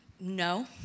no